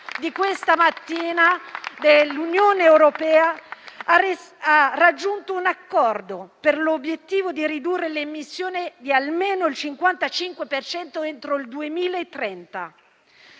di questa mattina che l'Unione europea ha raggiunto un accordo con l'obiettivo di ridurre le emissioni di almeno il 55 per cento entro il 2030.